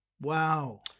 Wow